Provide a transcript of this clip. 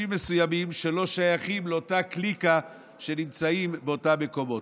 מסוימים שלא שייכים לאותה קליקה ונמצאים באותם מקומות.